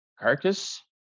carcass